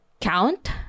count